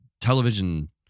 television